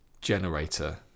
generator